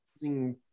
using